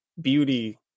beauty